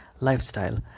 lifestyle